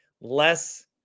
less